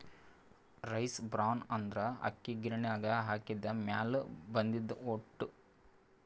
rice bran ಅಂದ್ರ ಅಕ್ಕಿ ಗಿರಿಣಿಗ್ ಹಾಕಿದ್ದ್ ಮ್ಯಾಲ್ ಬಂದಿದ್ದ್ ಹೊಟ್ಟ